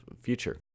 future